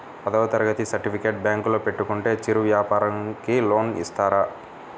పదవ తరగతి సర్టిఫికేట్ బ్యాంకులో పెట్టుకుంటే చిరు వ్యాపారంకి లోన్ ఇస్తారా?